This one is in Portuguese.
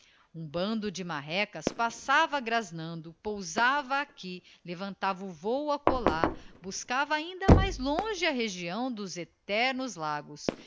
um bando de marrecas passava grasnando pousava aqui levantava o vôo acolá buscava ainda mais longe a região dos eternos lagos